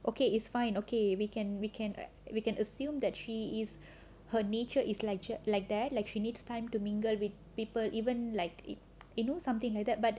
okay it's fine okay we can we can we can assume that is her nature is lik~ like that like she needs time to mingle with people even like you know something like that but